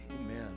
Amen